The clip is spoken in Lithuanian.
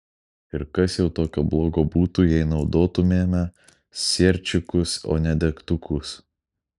ir kas jau tokio blogo būtų jei naudotumėme sierčikus o ne degtukus